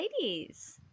ladies